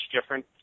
different